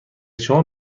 شما